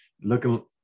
looking